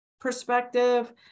perspective